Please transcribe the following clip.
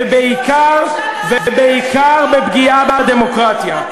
ובעיקר, ובעיקר בפגיעה בדמוקרטיה.